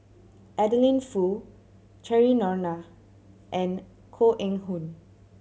Adeline Foo Cheryl Noronha and Koh Eng Hoon